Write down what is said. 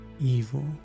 evil